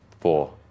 Four